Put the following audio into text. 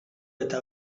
eta